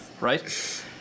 right